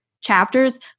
chapters